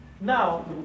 Now